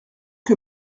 que